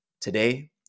today